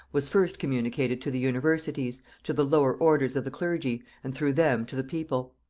was first communicated to the universities, to the lower orders of the clergy, and through them to the people.